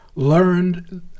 Learned